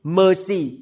mercy